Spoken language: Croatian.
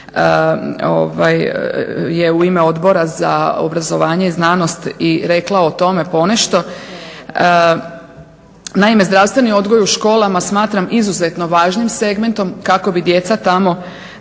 je u ime Odbora za obrazovanje, znanosti rekla o tome ponešto, naime zdravstveni odgoj u školama smatram izuzetno važnim segmentom kako bi djeca tamo